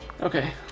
Okay